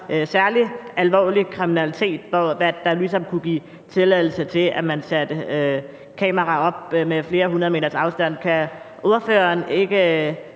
særlig alvorlig kriminalitet, der ligesom kunne gives tilladelse til, at man satte kameraer op med flere hundrede meters afstand. Er ordføreren ikke